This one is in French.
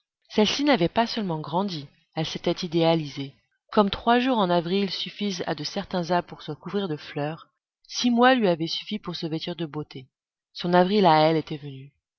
celle-ci n'avait pas seulement grandi elle s'était idéalisée comme trois jours en avril suffisent à de certains arbres pour se couvrir de fleurs six mois lui avaient suffi pour se vêtir de beauté son avril à elle était venu